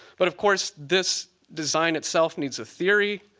but of course, this design itself needs a theory.